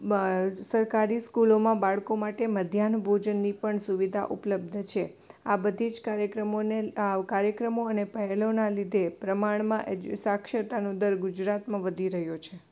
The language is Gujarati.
બાળ સરકારી સ્કૂલોમાં બાળકો માટે મધ્યાહન ભોજનની પણ સુવિધા ઉપલબ્ધ છે આ બધી જ કાર્યક્રમોને આ કાર્યક્રમો અને પહેલોના લીધે પ્રમાણમાં એજ્યુ સાક્ષરતાનો દર ગુજરાતમાં વધી રહ્યો છે